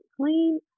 clean